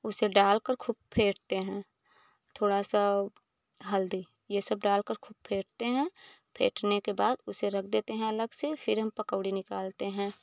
उसे डालकर खूब फेटते हैं थोड़ा सा और हल्दी ये सब डालकर खूब फेटते हैं फेटने के बाद उसे रख देते हैं अलग से फिर हम पकौड़ी निकालते हैं